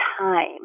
time